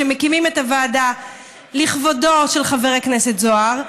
שמקימים את הוועדה לכבודו של חבר הכנסת זוהר.